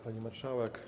Pani Marszałek!